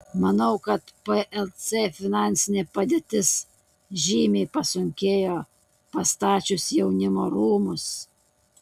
manau kad plc finansinė padėtis žymiai pasunkėjo pastačius jaunimo rūmus